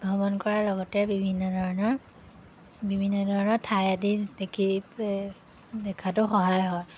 ভ্ৰমণ কৰাৰ লগতে বিভিন্ন ধৰণৰ বিভিন্ন ধৰণৰ ঠাই আদি দেখি এ দেখাতো সহায় হয়